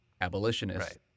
abolitionists